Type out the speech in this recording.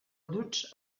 duts